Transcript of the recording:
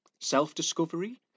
self-discovery